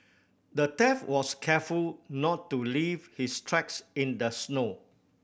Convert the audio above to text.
the thief was careful to not leave his tracks in the snow